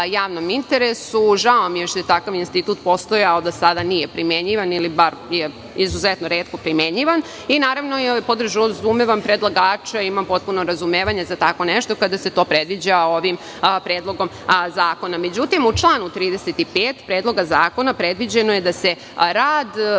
javnom interesu. Žao mi je što je takav institut postojao a do sada nije primenjivan, ili je izuzetno retko primenjivan. Naravno, podržavam predlagača i imam potpuno razumevanje za tako nešto kada se to predviđa ovim predlogom zakona.U članu 35. Predloga zakona je predviđeno da se rad